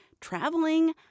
traveling